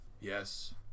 Yes